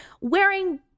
wearing